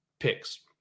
picks